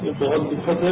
ये बहुत दुखद है